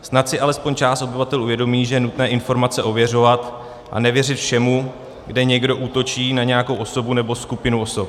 Snad si alespoň část obyvatel uvědomí, že je nutné informace ověřovat a nevěřit všemu, kde někdo útočí na nějakou osobu nebo skupinu osob.